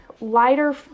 Lighter